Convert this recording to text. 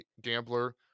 gambler